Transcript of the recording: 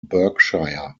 berkshire